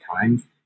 times